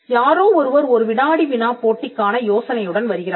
யாரோ ஒருவர் ஒரு வினாடி வினா போட்டிக்கான யோசனையுடன் வருகிறார்கள்